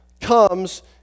comes